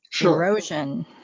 erosion